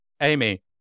Amy